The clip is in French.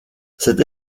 cette